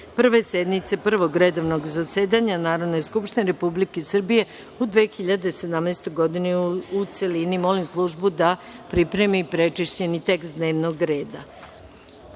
Prve sednice Prvog redovnog zasedanja Narodne skupštine Republike Srbije u 2017. godini, u celini. Molim službu da pripremi prečišćeni tekst dnevnog reda. Sada